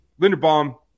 Linderbaum –